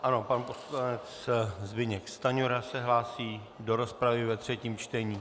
Ano, pan poslanec Zbyněk Stanjura se hlásí do rozpravy ve třetím čtení.